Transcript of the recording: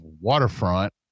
waterfront